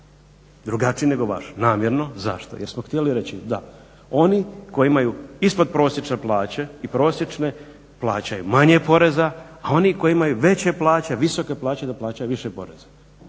drugačiji nego vaš, namjerno. Zašto? Jer smo htjeli reći, da oni koji imaju ispod prosječne plaće i prosječne plaćaju manje poreza, a oni koji imaju veće plaće, visoke plaće da plaćaju više poreza.